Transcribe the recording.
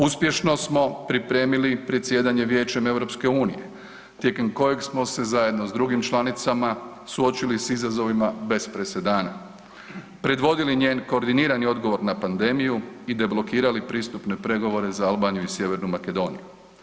Uspješno smo pripremili predsjedanje Vijećem EU tijekom kojeg smo se zajedno s drugim članicama suočili s izazovima bez presedana, predvodili njen koordinirani odgovor na pandemiju i deblokirali pristupne pregovore za Albaniju i Sjevernu Makedoniju.